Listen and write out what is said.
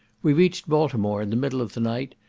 we reached baltimore in the middle of the night,